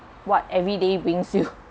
what everyday brings you